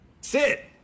sit